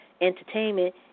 Entertainment